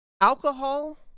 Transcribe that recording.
alcohol